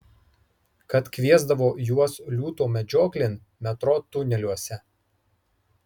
kad kviesdavo juos liūto medžioklėn metro tuneliuose